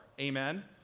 Amen